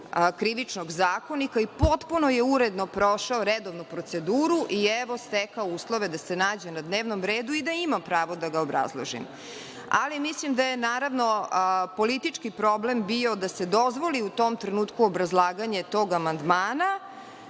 krivičnog zakonika i potpuno je uredno prošao redovnu proceduru i, evo, stekao uslove da se nađe na dnevnom redu i da imam pravo da ga obrazložim, ali mislim da je politički problem bio da se dozvoli u tom trenutku obrazlaganje tog amandmana